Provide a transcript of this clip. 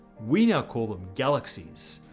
we now call them galaxies.